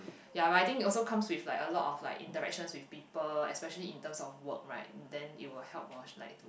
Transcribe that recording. ya writing also comes with like a lot of like interactions with people especially in terms of work right then it will help orh like to